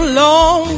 long